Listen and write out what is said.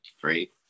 free